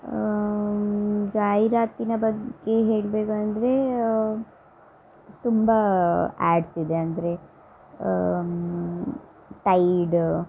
ಜಾಹಿರಾತಿನ ಬಗ್ಗೆ ಹೇಳಬೇಕಂದ್ರೇ ತುಂಬ ಆ್ಯಡ್ಸ್ ಇದೆ ಅಂದರೆ ಟೈಡ್